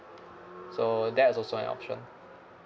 so that's also an option